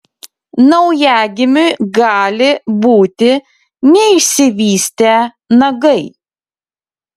naujagimiui gali būti neišsivystę nagai